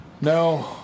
No